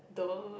duh